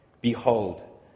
Behold